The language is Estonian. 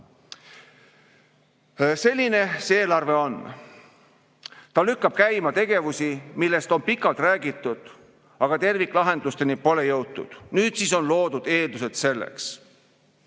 see eelarve on. Ta lükkab käima tegevusi, millest on pikalt räägitud, aga terviklahendusteni pole jõutud. Nüüd siis on loodud selleks